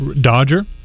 Dodger